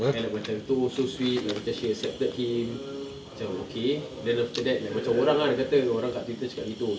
like macam tu so sweet macam she accepted him macam okay then after that like macam orang dia kata orang kat Twitter cakap gitu